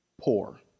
poor